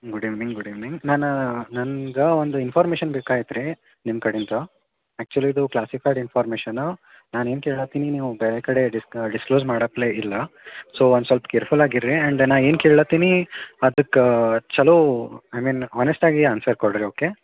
good evening good evening ನಾನು ನಂದು ಒಂದು ಇನ್ಫೋರ್ಮೇಷನ್ ಬೇಕಾಗಿತ್ತು ರೀ ನಿಮ್ಮ ಕಡೆಂದು ಆಕ್ಚುಲಿ ಇದು ಕ್ಲಾಸ್ಸಿಫೈಡ್ ಇನ್ಫೋರ್ಮೇಷನು ನಾನು ಏನು ಕೇಳುತ್ತೀನಿ ನೀವು ಬೇರೆ ಕಡೆ ಡಿಸ್ ಡಿಸ್ಕ್ಲೋಸ್ ಮಾಡಕ್ಕೆ ಇಲ್ಲ ಸೊ ಒಂದು ಸ್ವಲ್ಪ ಕೇರ್ಫುಲ್ಲಾಗಿರ್ರಿ ಎಂಡ್ ನಾನು ಏನು ಕೇಳುತ್ತೀನಿ ಅದ್ಕೆ ಚೊಲೋ ಐ ಮೀನ್ ಆನೆಸ್ಟಾಗಿ ಆನ್ಸರ್ ಕೊಡ್ರಿ ಓಕೆ